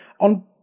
on